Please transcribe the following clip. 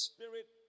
Spirit